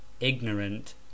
ignorant